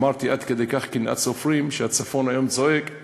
אמרתי, עד כדי כך קנאת סופרים שהצפון היום צועק,